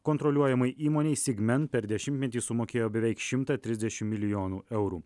kontroliuojamai įmonei sigmen per dešimtmetį sumokėjo beveik šimtą trisdešim milijonų eurų